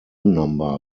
number